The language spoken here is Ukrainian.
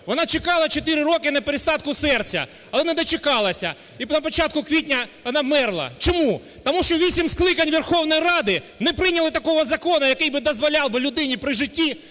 Вона чекала 4 роки на пересадку серця, але не дочекалася і на початку квітня вона померла. Чому? Тому що вісім скликань Верховної Ради не прийняли такого закону, який би дозволяв би людині при житті